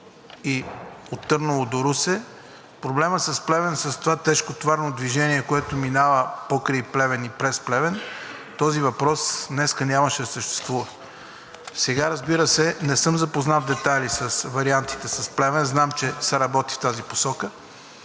и от Търново до Русе, проблемът с Плевен, с това тежкотоварно движение, което минава покрай Плевен и през Плевен, този въпрос днес нямаше да съществува. Сега, разбира се, не съм запознат в детайли с вариантите с Плевен. Знам, че се работи в тази посока.